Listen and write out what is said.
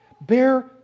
Bear